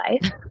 life